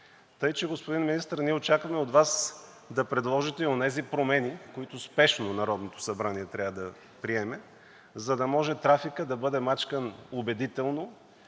Тъй че, господин Министър, ние очакваме от Вас да предложите онези промени, които Народното събрание трябва да приеме спешно, за да може трафикът да бъде мачкан убедително,